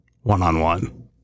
one-on-one